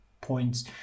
points